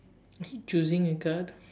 are you choosing a card